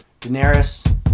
Daenerys